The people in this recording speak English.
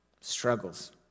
struggles